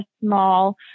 small